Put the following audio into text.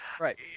Right